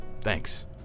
thanks